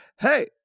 hey